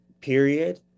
period